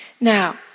Now